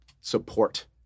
support